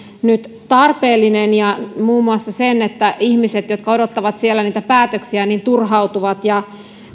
nyt tarpeellinen ja muun muassa sen että ihmiset jotka odottavat siellä niitä päätöksiään turhautuvat ja